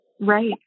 Right